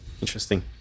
interesting